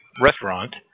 restaurant